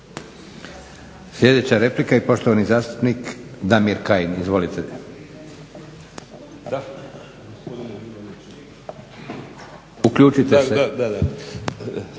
Sljedeća replika i poštovani zastupnik Damir Kajin. Izvolite. **Kajin,